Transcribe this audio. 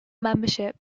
membership